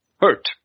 Hurt